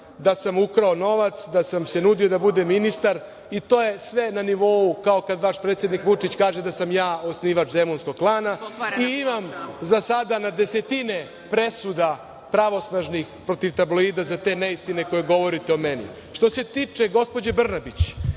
da sam ukrao novac, da sam se nudio da budem ministar i to je sve na nivou kao kad vaš predsednik Vučić kaže da sam ja osnivač Zemunskog klana i imam za sada desetine presuda pravosnažnih protiv tabloida za te neistine koje govorite o meni. Što se tiče gospođe Brnabić,